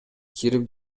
кирип